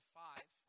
five